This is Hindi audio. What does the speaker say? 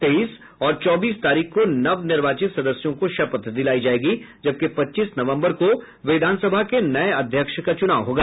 तेईस और चौबीस तारीख को नवनिर्वाचित सदस्यों को शपथ दिलायी जायेगी जबकि पच्चीस नवम्बर को विधानसभा के नये अध्यक्ष का चूनाव होगा